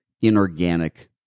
inorganic